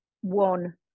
one